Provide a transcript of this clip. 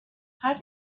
how